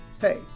Hey